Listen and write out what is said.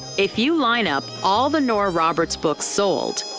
if you line up all the nora roberts books sold,